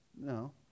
No